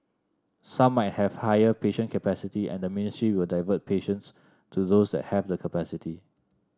some might have higher patient capacity and the ministry will divert patients to those that have the capacity